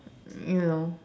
you know